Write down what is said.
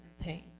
pain